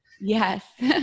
Yes